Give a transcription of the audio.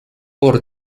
por